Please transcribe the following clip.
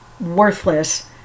worthless